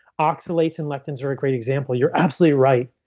oxalates and lectins are a great example. you're absolutely right.